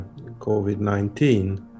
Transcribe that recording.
COVID-19